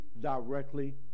directly